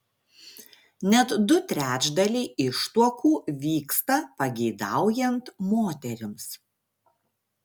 net du trečdaliai ištuokų vyksta pageidaujant moterims